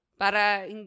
para